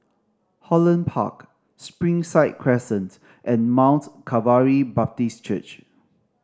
Holland Park Springside Crescent and Mount Calvary Baptist Church